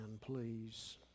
please